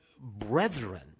brethren